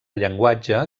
llenguatge